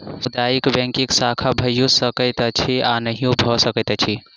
सामुदायिक बैंकक शाखा भइयो सकैत अछि आ नहियो भ सकैत अछि